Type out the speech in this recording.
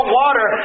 water